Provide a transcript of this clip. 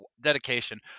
Dedication